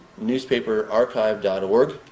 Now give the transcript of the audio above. newspaperarchive.org